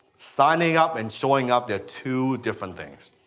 signing up and showing up they're two different things.